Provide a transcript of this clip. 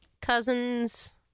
cousins